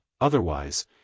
Otherwise